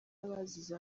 abazize